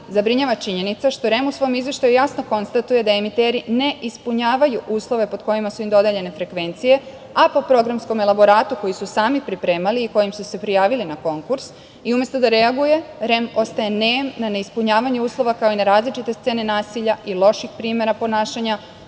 zabrinjava činjenica što je u REM u svom Izveštaju jasno konstatuje da emiteri ne ispunjavaju uslove pod kojima su im dodeljene frekvencije po programskom elaboratu koji su sami pripremali i kojim su se prijavili na konkurs. I, umesto da reaguje, REM ostaje nem na neispunjavanju uslova, kao i na različite scene nasilja i loših primera ponašanja